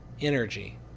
Energy